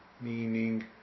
meaning